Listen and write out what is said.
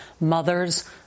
mothers